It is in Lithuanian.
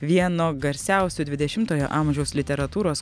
vieno garsiausių dvidešimtojo amžiaus literatūros